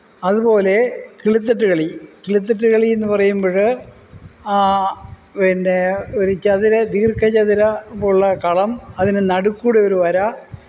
അതുപോലെ കിളിത്തട്ട് കളി കിളിത്തട്ട് കളിയെന്ന് പറയുമ്പോൾ പിന്നെ ഒരു ചതുര ദീര്ഘചതുരം പോലെയുള്ള കളം അതിന് നടക്കുകൂടെയൊരു വര